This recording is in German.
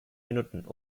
minuten